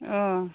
अ